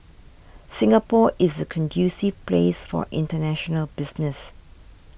Singapore is a conducive place for international business